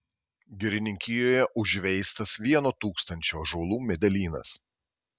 girininkijoje užveistas vieno tūkstančio ąžuolų medelynas